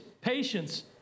patience